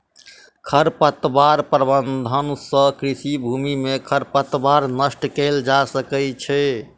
खरपतवार प्रबंधन सँ कृषि भूमि में खरपतवार नष्ट कएल जा सकै छै